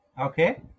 Okay